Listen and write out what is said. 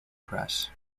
press